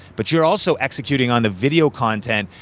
but you're also executing on the video content.